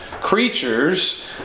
creatures